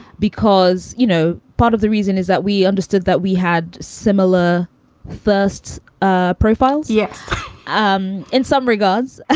because, you know, part of the reason is that we understood that we had similar first ah profiles. yes um in some regards, ah